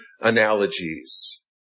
analogies